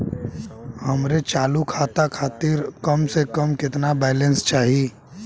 हमरे चालू खाता खातिर कम से कम केतना बैलैंस चाही?